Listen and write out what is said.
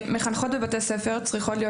מחנכות בבתי ספר צריכות להיות